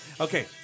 Okay